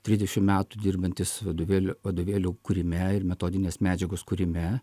trisdešim metų dirbantis vadovėlių vadovėlių kūrime ir metodinės medžiagos kūrime